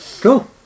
Cool